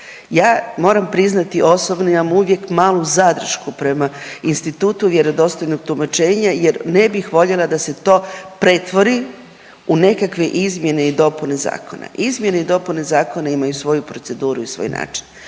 ja moram priznati osobno imam uvijek malu zadršku prema institutu vjerodostojnog tumačenja jer ne bih voljela da se to pretvori u nekakve izmjene i dopune zakona. Izmjene i dopune zakona imaju svoju proceduru i svoj način